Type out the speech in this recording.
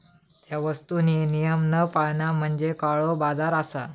त्या वस्तुंनी नियम न पाळणा म्हणजे काळोबाजार असा